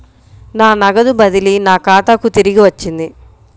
నా నగదు బదిలీ నా ఖాతాకు తిరిగి వచ్చింది